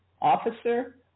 officer